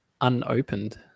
Unopened